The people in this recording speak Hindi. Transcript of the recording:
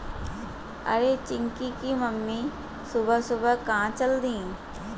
अरे चिंकी की मम्मी सुबह सुबह कहां चल दी?